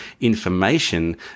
information